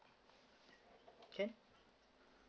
can